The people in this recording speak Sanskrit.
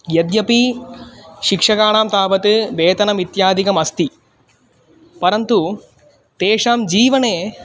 यद्यपि शिक्षकाणां तावत् वेतनम् इत्यादिकम् अस्ति परन्तु तेषां जीवने